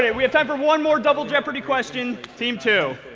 yeah we have time for one more double jeopardy question. team two.